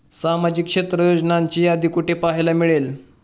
सामाजिक क्षेत्र योजनांची यादी कुठे पाहायला मिळेल?